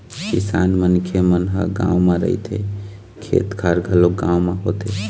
किसान मनखे मन ह गाँव म रहिथे, खेत खार घलोक गाँव म होथे